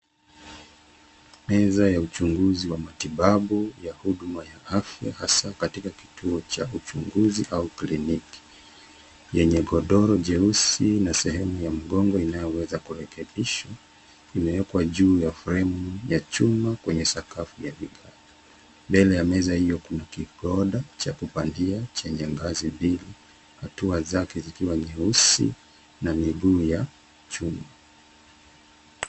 Meza ya uchunguzi wa matibabu ya hudumu ya afya, hasa, katika kituo cha uchunguzi au kliniki, yenye godoro jeusi na sehemu ya mgongo inayoweza kurekebishwa, imeekwa juu ya fremu ya chuma kwenye sakafu ya vigae. Mbele ya meza hio kuna kigoda cha kupandia chenye ngazi mbili, hatua zake zikiwa nyeusi na miguu ya chuma.